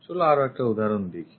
চলো আরও একটি উদাহরণ দেখি